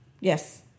Yes